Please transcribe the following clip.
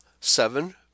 seven